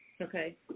Okay